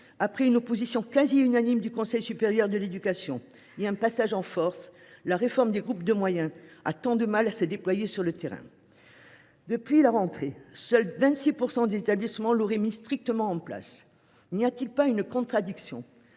après une opposition quasi unanime du Conseil supérieur de l’éducation et un passage en force, la réforme des groupes de moyens a tant de mal à se déployer sur le terrain. Depuis la rentrée, seuls 26 % des établissements l’auraient mise strictement en place. N’y a t il pas une contradiction à